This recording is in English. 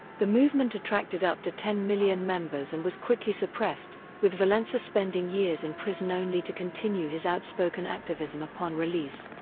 the movement attracted up to ten million members and was quickly suppressed, with walesa spending years in prison only to continue his outspoken activism upon release.